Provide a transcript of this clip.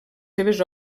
seves